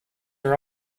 are